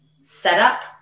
setup